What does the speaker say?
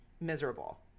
miserable